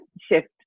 shift